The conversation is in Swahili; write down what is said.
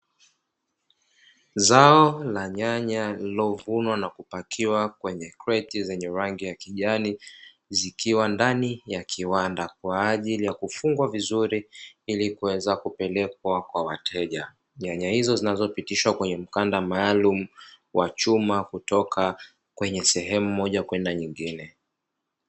Zao la nyanya lililovunwa na kupakiwa kwenye kreti zenye rangi ya kijani zikiwa ndani ya kiwanda kwa ajili ya kufungwa vizuri ili kuweza kupelekwa kwa wateja, nyanya hizo zinazopitishwa kwenye mkanda maalumu wa chuma kutoka kwenye sehemu moja kwenda nyingine.